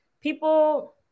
People